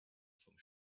vom